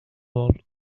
wall